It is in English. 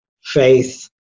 faith